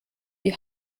die